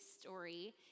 story